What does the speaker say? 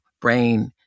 brain